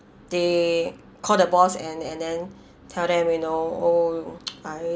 they call the boss and and then tell them you know oh I